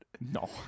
No